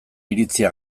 iritzia